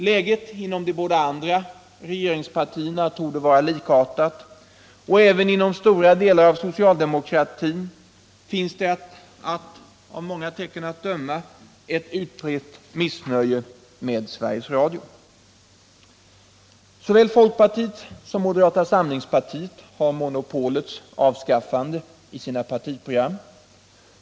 Läget inom de båda andra regeringspartierna torde vara likartat, och även inom stora delar av socialdemokratin finns det av många tecken att döma ett utbrett missnöje med Sveriges Radio. Såväl folkpartiet som moderata samlingspartiet har monopolets avskaffande i sina partiprogram.